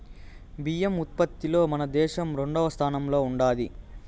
బియ్యం ఉత్పత్తిలో మన దేశం రెండవ స్థానంలో ఉండాది